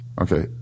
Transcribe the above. Okay